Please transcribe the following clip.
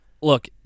look